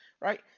Right